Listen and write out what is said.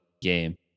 game